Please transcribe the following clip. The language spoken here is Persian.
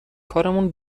کارمون